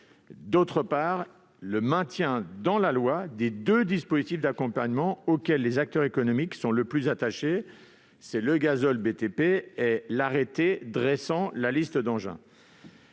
d'autre part, à maintenir dans la loi les deux dispositifs d'accompagnement auxquels les acteurs économiques sont le plus attachés : le gazole BTP et l'arrêté dressant la liste d'engins.